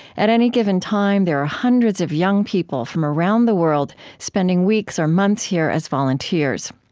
at any given time, there are hundreds of young people from around the world spending weeks or months here as volunteers.